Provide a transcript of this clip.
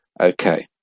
okay